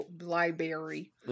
library